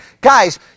guys